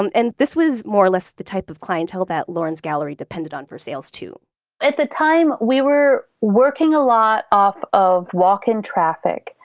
and and this was more or less the type of clientele that lauren's gallery depended on for sales too at the time, we were working a lot off of walk-in traffic,